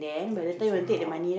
yeah chase them out ah